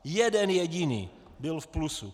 Jeden jediný byl v plusu.